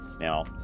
Now